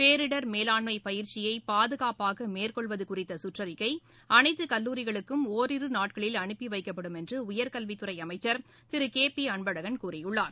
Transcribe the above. பேரிடர் மேலாண்மை பயிற்சியை பாதகாப்பாக மேற்கொள்வது குறித்த சுற்றறிக்கை அனைத்து கல்லூரிகளுக்கும் ஒரிரு நாட்களில் அனுப்பிவைக்கப்படும் என்று உயர்கல்வித் துறை அமைச்சர் திரு கே பி அன்பழகன் கூறியுள்ளார்